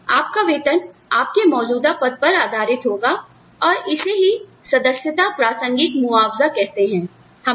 आपका वेतन आपके मौजूदा पद पर आधारित होगा और इसे ही सदस्यता प्रासंगिक मुआवजा कहते हैं